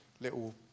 little